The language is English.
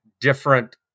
different